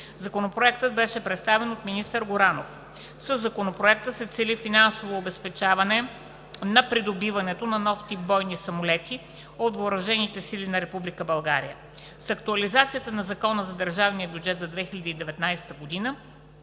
Законопроектът беше представен от министър Горанов. Със Законопроекта се цели финансовото обезпечаване на придобиването на нов тип бойни самолети от Въоръжените сили на Република България. С актуализацията на Закона за държавния бюджет на Република